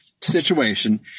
situation